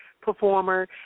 performer